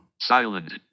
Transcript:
Silent